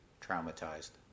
traumatized